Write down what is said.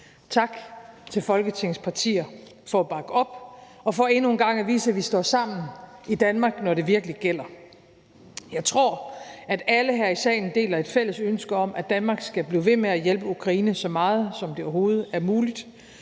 Tak til Folketingets partier for at bakke op og for endnu en gang at vise, at vi står sammen i Danmark, når det virkelig gælder. Jeg tror, at alle her i salen deler et fælles ønske om, at Danmark skal blive ved med at hjælpe Ukraine, så meget som det overhovedet er muligt,